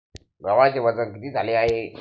गव्हाचे वजन किती झाले आहे?